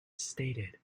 stated